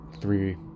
three